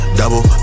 double